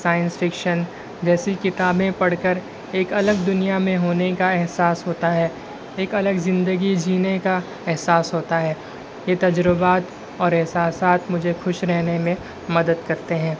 science fiction جیسی کتابیں پڑھ کر ایک الگ دنیا میں ہونے کا احساس ہوتا ہے ایک الگ زندگی جینے کا احساس ہوتا ہے یہ تجربات اور احساسات مجھے خوش رہنے میں مدد کرتے ہیں